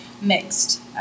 mixed